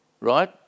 Right